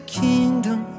kingdom